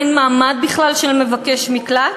אין מעמד בכלל של מבקש מקלט,